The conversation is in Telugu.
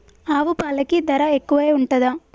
ఆవు పాలకి ధర ఎక్కువే ఉంటదా?